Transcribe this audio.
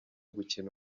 gukina